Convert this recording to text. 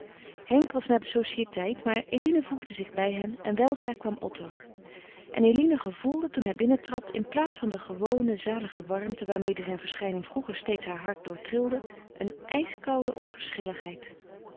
henk was naar de sociëteit maar eline voegde zich bij hen en weldra kwam otto en eline gevoelde toen hij binnentrad in plaats van de gewone zalige warmte waarmede zijne verschijning vroeger steeds haar hart doortrilde een ijskoude onverschilligheid